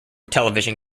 television